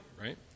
right